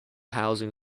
housing